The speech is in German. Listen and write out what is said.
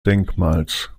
denkmals